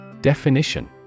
Definition